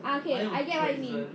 ah okay I get what you mean